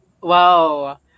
Wow